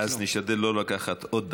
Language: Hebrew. אז תשתדל שלא לקחת עוד דקה.